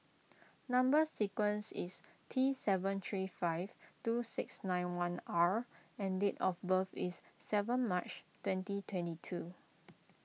Number Sequence is T seven three five two six nine one R and date of birth is seven March twenty twenty two